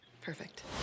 Perfect